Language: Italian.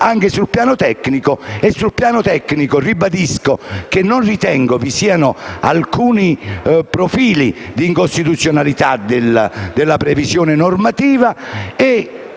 e possiamo farlo. Sul piano tecnico ribadisco che non ritengo vi sia alcun profilo di incostituzionalità della previsione normativa